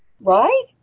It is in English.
Right